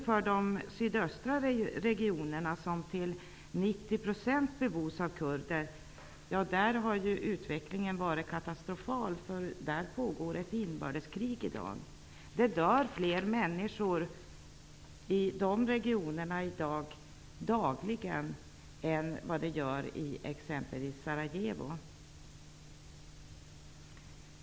För de sydöstra regionerna, som till 90 % bebos av kurder, har utvecklingen varit katastrofal. Där pågår ett inbördeskrig i dag -- det dör fler människor dagligen i de regionerna än i exempelvis Sarajevo.